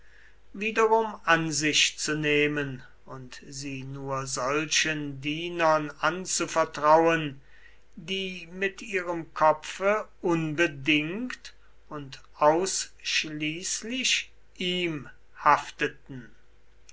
wiederum an sich zu nehmen und sie nur solchen dienern anzuvertrauen die mit ihrem kopfe unbedingt und ausschließlich ihm hafteten